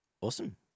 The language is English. Awesome